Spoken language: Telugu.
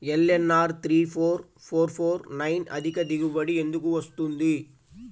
LNR three four four four nine అధిక దిగుబడి ఎందుకు వస్తుంది?